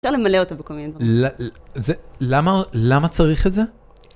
אפשר למלא אותה בכל מיני דברים. לל..אה..לל..זה.. למה למה צריך את זה